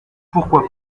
pourquoi